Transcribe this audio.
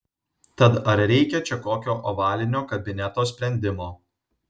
tad ar reikia čia kokio ovalinio kabineto sprendimo